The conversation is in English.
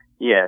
Yes